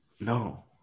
No